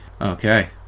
Okay